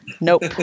Nope